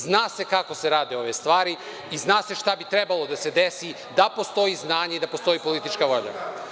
Zna se kako se rade ove stvari i zna se šta bi trebalo da se desi da postoji znanje i da postoji politička volja.